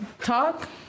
talk